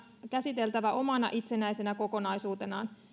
käsiteltävä omana itsenäisenä kokonaisuutenaan